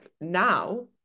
now